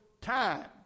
time